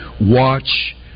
Watch